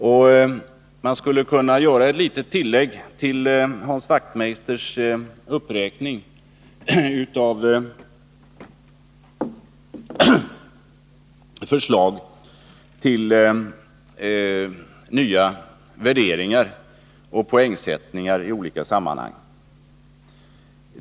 Det skulle emellertid kunna göras ett litet tillägg till Hans Wachtmeisters uppräkning när det gäller förslag till nya värderingar och poängsättningar i Grönköping.